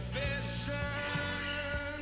vision